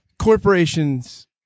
Corporations